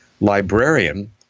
librarian